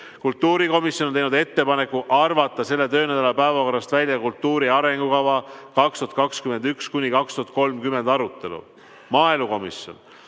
Kultuurikomisjon on teinud ettepaneku arvata selle töönädala päevakorrast välja "Kultuuri arengukava 2021–2030" arutelu. Maaelukomisjon